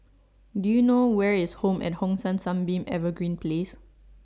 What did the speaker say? Do YOU know Where IS Home At Hong San Sunbeam Evergreen Place